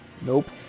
Nope